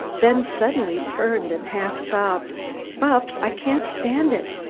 then suddenly turned and half sobbed bupps, i can't stand it!